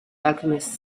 alchemist